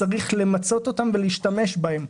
וצריך למצות אותם ולהשתמש בהם.